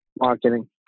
Marketing